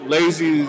Lazy